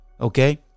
Okay